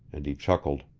and he chuckled.